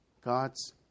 God's